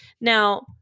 Now